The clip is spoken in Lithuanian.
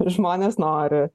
žmonės nori